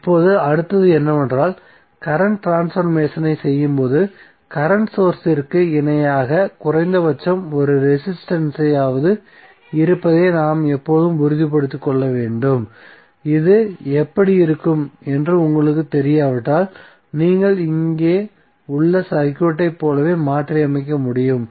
இப்போது அடுத்தது என்னவென்றால் கரண்ட் ட்ரான்ஸ்பர்மேசனைச் செய்யும்போது கரண்ட் சோர்ஸ்சிற்கு இணையாக குறைந்தபட்சம் ஒரு ரெசிஸ்டன்ஸ் ஐ யாவது இருப்பதை நாம் எப்போதும் உறுதிப்படுத்திக் கொள்ள வேண்டும்இது எப்படி இருக்கும் என்று உங்களுக்குத் தெரியாவிட்டால்நீங்கள் இங்கே உள்ள சர்க்யூட்டை போலவே மாற்றியமைக்க முடியும்